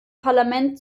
parlament